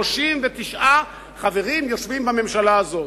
39 חברים יושבים בממשלה הזאת,